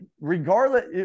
Regardless